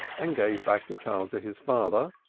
and gave back the child to his father,